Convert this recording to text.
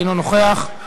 אינו נוכח,